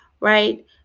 right